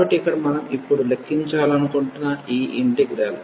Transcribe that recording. కాబట్టి ఇక్కడ మనం ఇప్పుడు లెక్కించాలనుకుంటున్న ఈ ఇంటిగ్రల్